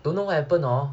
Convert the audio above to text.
don't know what happen hor